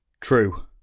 True